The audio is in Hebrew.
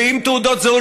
עם תעודות זהות,